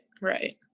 right